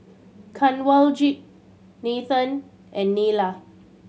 Kanwaljit Nathan and Neila